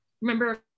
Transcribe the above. remember